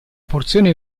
porzione